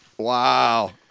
Wow